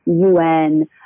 UN